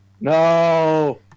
no